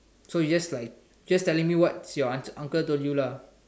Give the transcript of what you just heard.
so it's like just telling me what's your un uncle told you lah